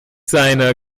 seine